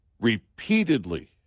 repeatedly